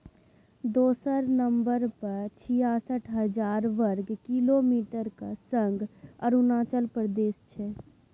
दोसर नंबर पर छियासठ हजार बर्ग किलोमीटरक संग अरुणाचल प्रदेश छै